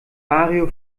mario